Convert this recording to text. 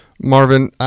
Marvin